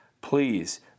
please